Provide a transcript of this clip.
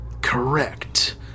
Correct